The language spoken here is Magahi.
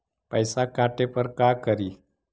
पैसा काटे पर का करि?